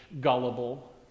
gullible